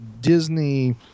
Disney